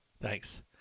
thanks